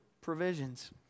provisions